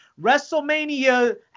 WrestleMania